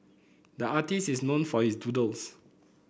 the artist is known for his doodles